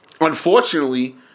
unfortunately